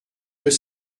deux